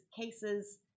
cases